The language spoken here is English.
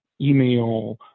email